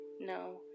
No